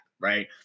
Right